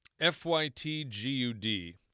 F-Y-T-G-U-D